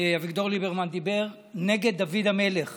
כשאביגדור ליברמן דיבר נגד דוד המלך